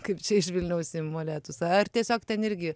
kaip čia iš vilniaus į molėtus ar tiesiog ten irgi